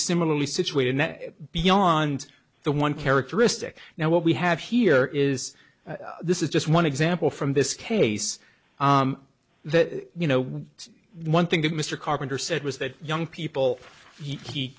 similarly situated that beyond the one characteristic now what we have here is this is just one example from this case that you know we one thing that mr carpenter said was that young people he